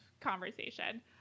conversation